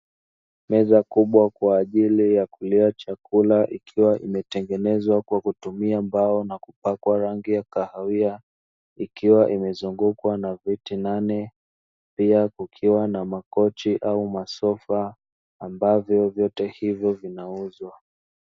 Meza kubwa kwa ajili ya kulia chakula ikiwa imetengenezwa kwa kutumia mbao na kupakwa rangi ya kahawia, ikiwa imezungukwa na viti nane; pia kukiwa na makochi au masofa ambavyo vyote hivyo vinauzwa.